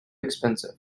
expensive